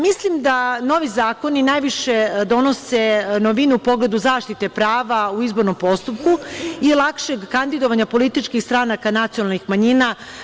Mislim da novi zakoni najviše donose novinu u pogledu zaštite prava u izbornom postupku i lakšeg kandidovanja političkih stranaka nacionalnih manjina.